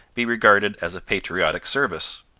be regarded as a patriotic service.